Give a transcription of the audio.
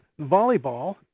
volleyball